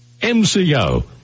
MCO